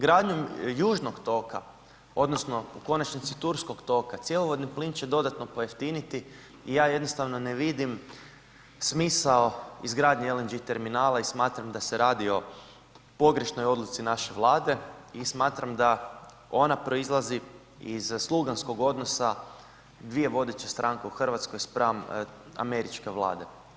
Gradnju južnog toka odnosno u konačnici turskog toka cjevovodni plin će dodatno pojeftiniti i ja jednostavno ne vidim smisao izgradnje LNG terminala i smatram da se radi o pogrešnoj odluci naše Vlade i smatram da ona proizlazi iz sluganskog odnosa dvije vodeće stranke u Hrvatskoj spram američke vlade.